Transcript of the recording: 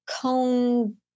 cone